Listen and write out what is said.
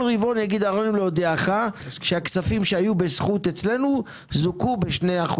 כל רבעון: הרינו להודיעך שהכספים שהיו בזכות אצלנו זוכו ב-2%,